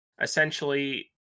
Essentially